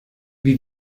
wie